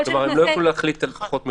כלומר, הם לא יוכלו להחליט על פחות מ-500?